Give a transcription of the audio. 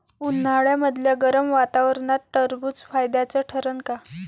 उन्हाळ्यामदल्या गरम वातावरनात टरबुज फायद्याचं ठरन का?